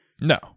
No